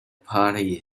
party